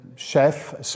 Chef